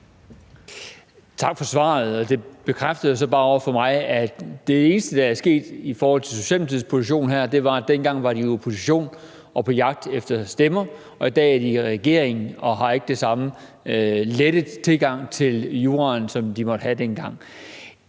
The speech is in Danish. Tak for svaret. Det bekræfter jo så bare over for mig, at det eneste, der er sket i forhold til Socialdemokratiets position her, er, at dengang var de i opposition og på jagt efter stemmer og i dag er de i regering og har ikke den samme lette tilgang til juraen, som de måtte have dengang.